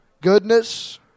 Goodness